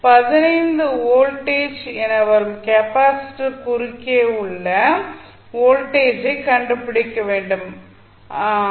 15 volt என வரும் capacitor குறுக்கே உள்ள வோல்டேஜை கண்டுபிடிக்க வேண்டும் ஆகும்